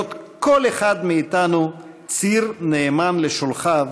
היות כל אחד מאתנו ציר נאמן לשולחיו,